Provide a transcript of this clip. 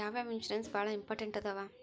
ಯಾವ್ಯಾವ ಇನ್ಶೂರೆನ್ಸ್ ಬಾಳ ಇಂಪಾರ್ಟೆಂಟ್ ಅದಾವ?